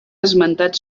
esmentat